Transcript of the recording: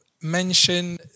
mention